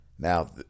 Now